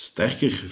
Sterker